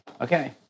Okay